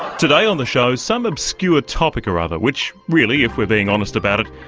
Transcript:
today on the show, some obscure topic or other, which really, if we're being honest about it,